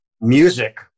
music